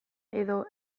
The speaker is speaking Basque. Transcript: edo